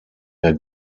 der